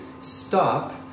stop